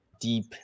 deep